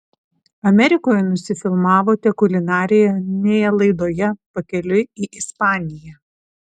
amerikoje nusifilmavote kulinarinėje laidoje pakeliui į ispaniją